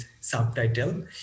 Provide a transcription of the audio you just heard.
subtitle